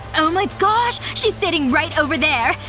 ohmygosh! she's sitting right over there!